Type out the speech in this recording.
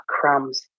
crumbs